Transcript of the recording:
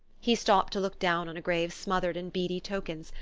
he stopped to look down on a grave smothered in beady tokens,